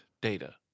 Data